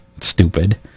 stupid